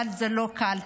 אבל זה לא קל.